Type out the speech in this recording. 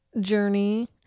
journey